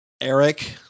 Eric